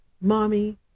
Mommy